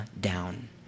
down